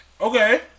Okay